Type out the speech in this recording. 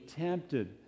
tempted